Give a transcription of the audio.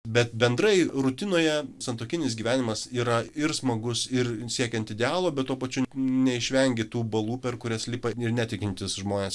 bet bendrai rutinoje santuokinis gyvenimas yra ir smagus ir siekiant idealo bet tuo pačiu neišvengi tų balų per kurias lipa ir netikintys žmonės